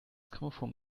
grammophon